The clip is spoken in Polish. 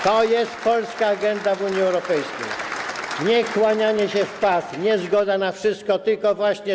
To jest polska agenda w Unii Europejskiej - nie kłanianie się w pas, nie zgoda na wszystko, tylko właśnie to.